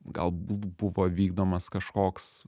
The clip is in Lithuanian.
galbūt buvo vykdomas kažkoks